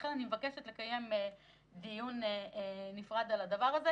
לכן אני מבקשת לקיים דיון נפרד על זה.